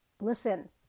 listen